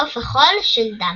עוף-החול של דמבלדור.